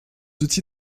outils